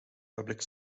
public